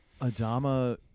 Adama